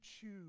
choose